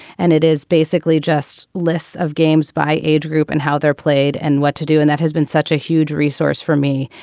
and it is basically just lists of games by age group and how they're played and what to do. and that has been such a huge resource for me,